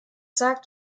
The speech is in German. sagt